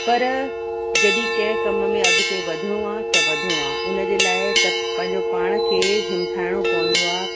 पर जॾहिं कंहिं कम में अॻिते वधिणो आहे त वधिणो आहे उन जे लाइ त पंहिंजो पाण खे हिमथाइणो पवंदो आहे